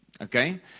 okay